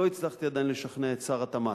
לא הצלחתי עדיין לשכנע את שר התמ"ת.